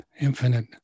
infinite